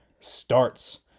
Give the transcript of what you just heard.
starts